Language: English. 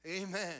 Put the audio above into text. Amen